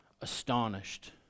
astonished